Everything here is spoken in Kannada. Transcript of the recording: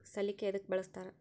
ಸಲಿಕೆ ಯದಕ್ ಬಳಸ್ತಾರ?